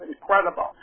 incredible